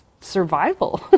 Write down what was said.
survival